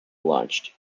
launched